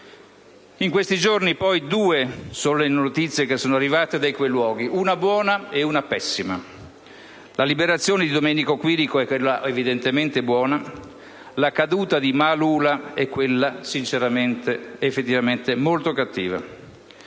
In questi giorni, poi, due sono le notizie arrivate da quei luoghi: una buona e una pessima. La liberazione di Domenico Quirico è quella evidentemente buona. La caduta di Maaloula è quella sinceramente ed effettivamente molto cattiva.